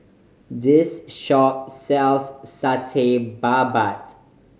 this shop sells Satay Babat